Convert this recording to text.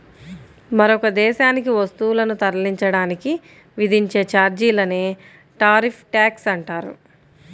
మరొక దేశానికి వస్తువులను తరలించడానికి విధించే ఛార్జీలనే టారిఫ్ ట్యాక్స్ అంటారు